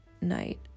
night